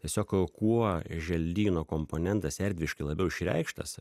tiesiog kuo želdyno komponentas erdviškai labiau išreikštas